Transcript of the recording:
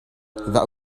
that